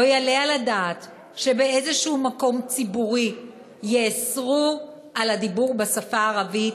לא יעלה על הדעת שבאיזשהו מקום ציבורי יאסרו את הדיבור בשפה הערבית,